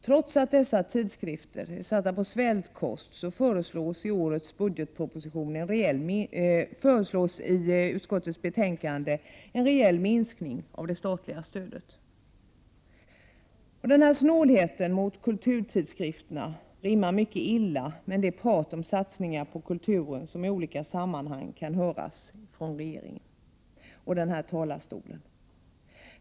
Trots att dessa tidskrifter är satta på svältkost föreslår utskottsmajoriteten en reell minskning av det statliga stödet. Snålheten mot kulturtidskrifterna rimmar mycket illa med det prat om satsningar på kulturen som i olika sammanhang kan höras från regeringen och från den här talarstolen.